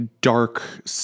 dark